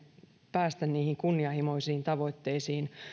päästä niihin kunnianhimoisiin tavoitteisiin